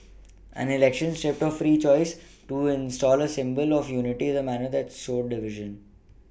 an election stripped of free choice to install a symbol of unity in a manner that sowed division